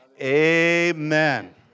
Amen